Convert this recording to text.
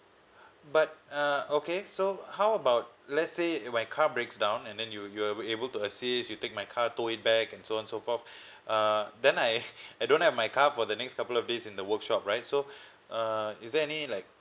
but uh okay so how about let's say my car breaks down and then you you're able to assist you take my car tow it back and so on so forth uh then I I don't have my car for the next couple of days in the workshop right so uh is there any like